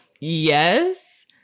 yes